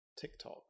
TikTok